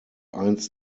eins